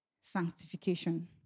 Sanctification